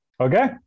Okay